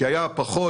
כי היו חגים,